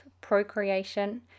procreation